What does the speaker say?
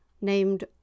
named